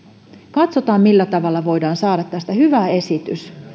katsotaan millä tavalla voidaan saada tästä hyvä esitys